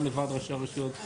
גם לוועד ראשי הרשויות,